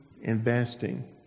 investing